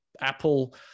apple